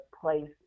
place